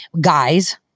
guys